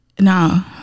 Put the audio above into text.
No